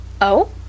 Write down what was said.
Oh